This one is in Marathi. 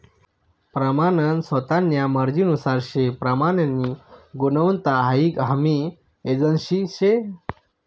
प्रमानन स्वतान्या मर्जीनुसार से प्रमाननी गुणवत्ता हाई हमी एजन्सी शे